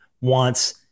wants